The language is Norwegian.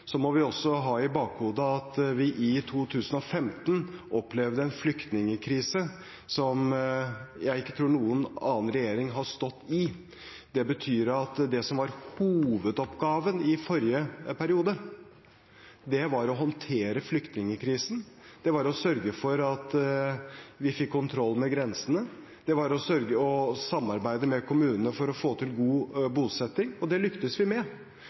Så må vi også ha i bakhodet at vi i 2015 opplevde en flyktningkrise som jeg ikke tror noen annen regjering har stått i. Det betyr at det som var hovedoppgaven i forrige periode, var å håndtere flyktningkrisen. Det var å sørge for at vi fikk kontroll ved grensene. Det var å sørge for å samarbeide med kommunene for å få til god bosetting. Og det lyktes vi med.